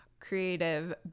Creative